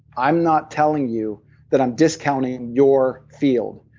i'm not telling you that i'm discounting your field.